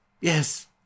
Yes